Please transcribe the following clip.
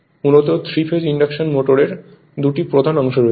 সুতরাং 3 phase induction মোটরের 2 টি প্রধান অংশ রয়েছে